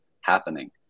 happening